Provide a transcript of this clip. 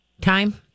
time